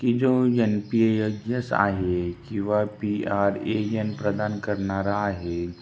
की जो N P A गस आहे किंवा पी आर ए यन प्रदान करणारा आहे